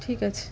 ঠিক আছে